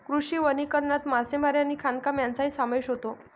कृषी वनीकरणात मासेमारी आणि खाणकाम यांचाही समावेश होतो